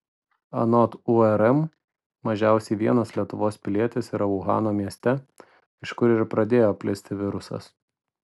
anot urm mažiausiai vienas lietuvos pilietis yra uhano mieste iš kur ir pradėjo plisti virusas